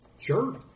Sure